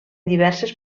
diverses